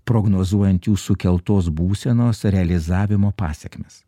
prognozuojant jų sukeltos būsenos ar realizavimo pasekmes